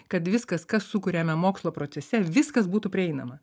kad viskas ką sukuriame mokslo procese viskas būtų prieinama